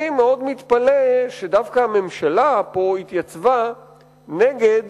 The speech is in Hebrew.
אני מאוד מתפלא שדווקא הממשלה התייצבה פה נגד